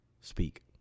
speak